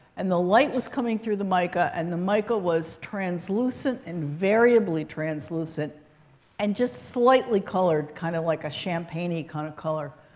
and the light was coming through the mica. and the mica was translucent and variably translucent and just slightly colored, kind of like a champagne-y kind of color.